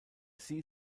zee